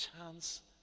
chance